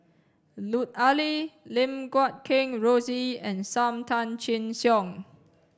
Lut Ali Lim Guat Kheng Rosie and Sam Tan Chin Siong